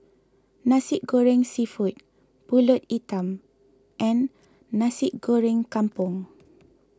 Nasi Goreng Seafood Pulut Hitam and Nasi Goreng Kampung